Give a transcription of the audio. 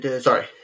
sorry